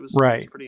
Right